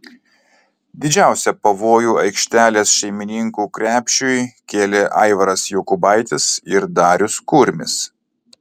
didžiausią pavojų aikštelės šeimininkų krepšiui kėlė aivaras jokubaitis ir darius kurmis